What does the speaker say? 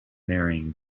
marrying